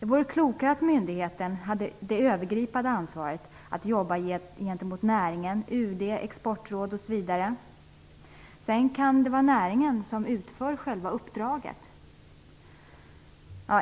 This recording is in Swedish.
Det vore klokare om myndigheten hade det övergripande ansvaret för att jobba gentemot näringen, UD, exportråd osv. Sedan kan det vara näringen som utför själva uppdraget.